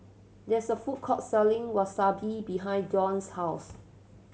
there is a food court selling Wasabi behind Don's house